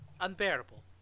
Unbearable